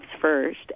first